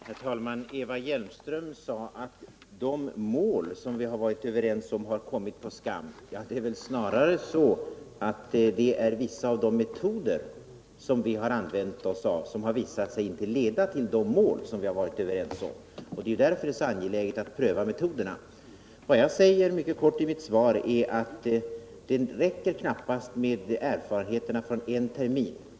Herr talman! Eva Hjelmström sade att de mål som vi varit överens om har kommit på skam. Det är väl snarare så att det är vissa av de metoder som vi har använt som visat sig inte leda till de mål som vi varit överens om. Det är därför det är så angeläget att pröva metoderna. Vad jag säger mycket kort i mitt svar är att det kanske räcker med erfarenheterna från en termin.